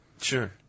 Sure